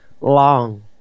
long